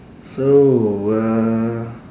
so uh